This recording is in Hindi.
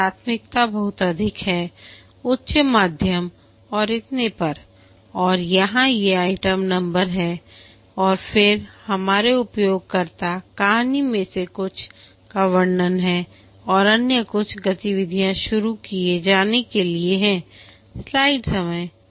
प्राथमिकता बहुत अधिक है उच्च मध्यम और इतने पर और यहां ये आइटम नंबर हैं और फिर हमारे उपयोगकर्ता कहानियों में से कुछ का वर्णन है और अन्य कुछ गतिविधियां शुरू किए जाने के लिए हैं